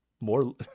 more